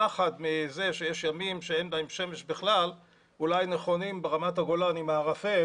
הפחד מזה שיש ימים שאין בהם שמש בכלל אולי נכונים ברמת הגולן עם הערפל